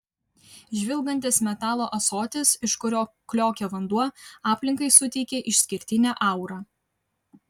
žvilgantis metalo ąsotis iš kurio kliokia vanduo aplinkai suteikia išskirtinę aurą